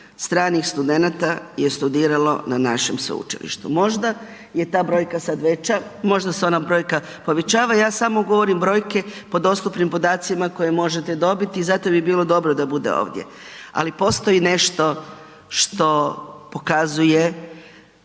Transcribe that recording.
stranih studenata je studiralo na našem sveučilištu. Možda je ta brojka sada veća, možda se ona brojka poveća, ja samo govorim brojke po dostupnim podacima koje možete dobiti i zato bi bilo dobro da bude ovdje. Ali postoji nešto što pokazuje,